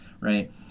right